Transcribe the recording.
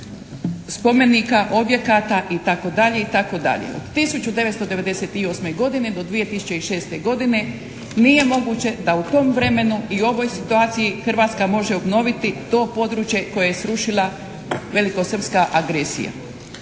spomenika, objekata itd. Od 1998. godine do 2006. godine nije moguće da u tom vremenu i u ovoj situaciji Hrvatska može obnoviti to područje koje je srušila velikosrpska agresija.